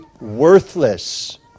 worthless